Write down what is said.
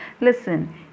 Listen